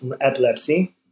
epilepsy